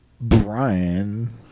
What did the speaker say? Brian